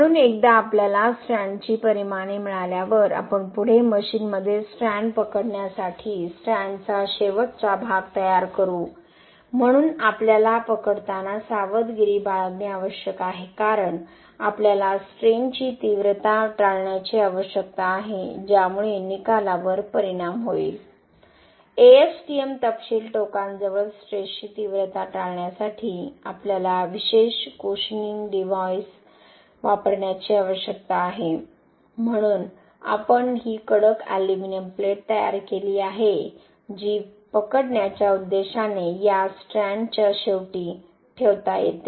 म्हणून एकदा आपल्याला स्ट्रँडची परिमाणे मिळाल्यावर आपण पुढे मशीनमध्ये स्ट्रँड पकडण्यासाठी स्ट्रँडचा शेवटचा भाग तयार करू म्हणून आपल्याला पकडताना सावधगिरी बाळगणे आवश्यक आहे कारण आपल्याला स्ट्रेनची तीव्रता टाळण्याची आवश्यकता आहे ज्यामुळे निकालावर परिणाम होईल ASTM तपशील टोकांजवळ स्ट्रेसची तीव्रता टाळण्यासाठी आपल्याला विशेष कुशनिंग डिव्हाइस वापरण्याची आवश्यकता आहे म्हणून आपण ही कडक एल्युमिनियम प्लेट तयार केली आहे जी पकडण्याच्या उद्देशाने या स्ट्रँडच्या शेवटी ठेवता येते